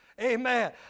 Amen